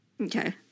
Okay